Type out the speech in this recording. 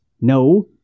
No